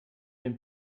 dem